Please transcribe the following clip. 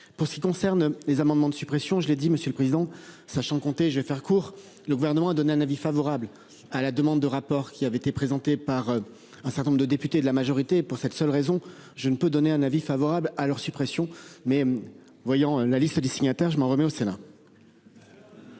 Pour ce qui concerne les amendements de suppression. Je l'ai dit Monsieur le Président sachant compter, je vais faire court. Le gouvernement a donné un avis favorable à la demande de rapport qui avait été présenté par un certain nombre de députés de la majorité pour cette seule raison. Je ne peux donner un avis favorable à leur suppression mais voyant la liste des signataires je m'en remets au Sénat.